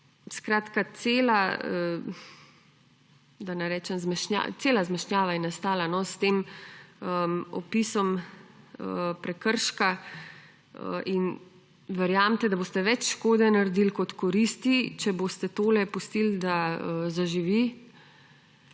Skratka, cela zmešnjava je nastala s tem opisom prekrška in verjemite, da boste več škode naredili kot koristi, če boste tole pustili, da zaživi,